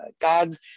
God